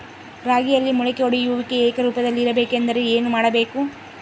ರಾಗಿಯಲ್ಲಿ ಮೊಳಕೆ ಒಡೆಯುವಿಕೆ ಏಕರೂಪದಲ್ಲಿ ಇರಬೇಕೆಂದರೆ ಏನು ಮಾಡಬೇಕು?